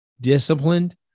disciplined